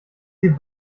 die